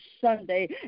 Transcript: Sunday